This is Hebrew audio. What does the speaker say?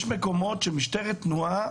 יש מקומות שבהם משטרת התנועה,